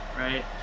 right